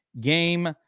game